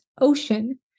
ocean